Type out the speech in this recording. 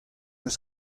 eus